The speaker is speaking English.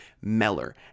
Meller